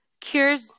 Cures